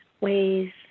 ways